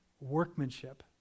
Workmanship